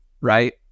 right